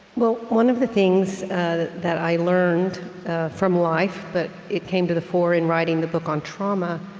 well, one of the things that that i learned from life, but it came to the fore in writing the book on trauma,